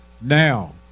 Now